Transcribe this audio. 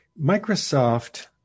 Microsoft